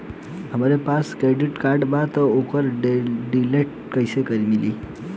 हमरा पास credit card बा त ओकर डिटेल्स कइसे मिली?